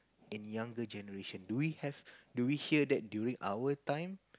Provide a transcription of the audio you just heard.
in younger generation do we have do we hear that during our time